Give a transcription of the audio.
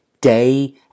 day